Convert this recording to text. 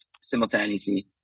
simultaneously